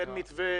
אין מתווה,